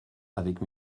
avec